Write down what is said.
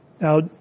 Now